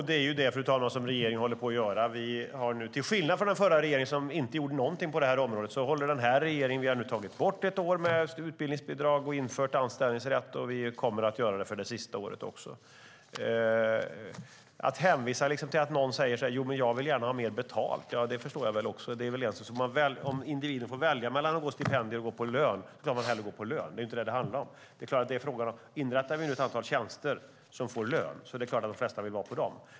Fru talman! Det är det som regeringen håller på att göra. Till skillnad från den förra regeringen, som inte gjorde någonting på området, har denna regering nu tagit bort ett år med utbildningsbidrag och infört anställningsrätt, och vi kommer att göra det också för det sista året. Thomas Strand hänvisar till att någon säger: Jag vill gärna ha mer betalt. Det förstår väl jag också; om individen får välja mellan att få stipendier eller lön tror jag att man hellre går på lön. Det är inte detta det handlar om. Om vi nu inrättar ett antal tjänster med lön är det klart att de flesta vill ha dem.